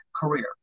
career